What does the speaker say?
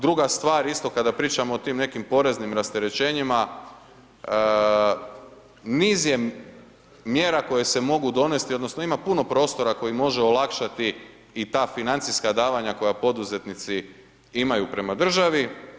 Druga stvar, isto kada pričamo o tim nekim poreznim rasterećenjima, niz je mjera koje se mogu donesti odnosno ima puno prostora koji može olakšati i ta financijska davanja koja poduzetnici imaju prema državi.